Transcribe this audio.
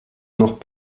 noch